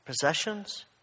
possessions